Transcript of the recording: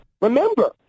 Remember